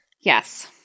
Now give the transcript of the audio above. Yes